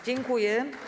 Dziękuję.